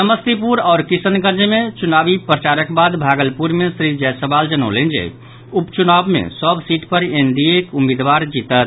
समस्तीपुर आओर किशनगंज मे चुनावी प्रचारक बाद भागलपुर मे श्री जयसवाल जनौलनि जे उपचुनाव मे सभ सीट पर एनडीएक उम्मीदवार जीतत